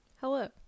Hello